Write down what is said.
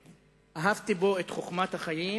שאהבתי בו את חוכמת החיים,